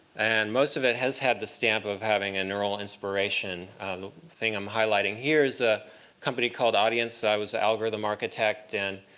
and most of it has had the stamp of having a neural inspiration. the thing i'm highlighting here is a company called audience. i was the algorithm architect, and